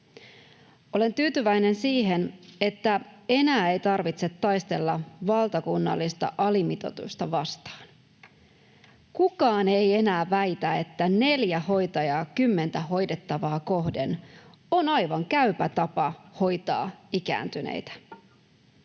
Olen tyytyväinen siihen, että enää ei tarvitse taistella valtakunnallista alimitoitusta vastaan. Kukaan ei enää väitä, että neljä hoitajaa kymmentä hoidettavaa kohden on aivan käypä tapa hoitaa ikääntyneitä.